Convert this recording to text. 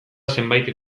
zenbait